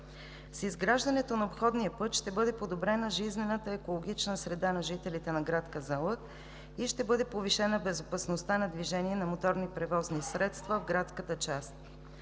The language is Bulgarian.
С изграждането на обходния път ще бъде подобрена жизнената екологична среда на жителите на град Казанлък и ще бъде повишена безопасността на движение на моторни превозни средства в градската част.